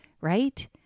right